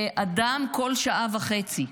זה אדם שמת בכל שעה וחצי,